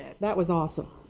that was awesome?